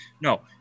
No